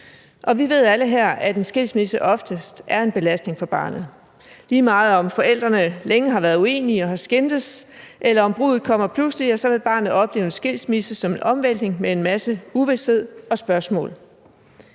Vi ved alle her, at en skilsmisse oftest er en belastning for barnet. Lige meget om forældrene længe har været uenige og har skændtes, eller om bruddet kommer pludseligt, vil barnet opleve en skilsmisse som en omvæltning med en masse uvished og spørgsmål.